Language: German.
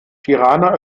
tirana